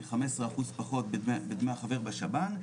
כ-15% פחות בדמי החבר בשב"ן,